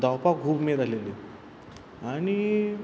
धांवपाक खूब उमेद आहलेली आनी